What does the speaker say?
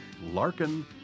Larkin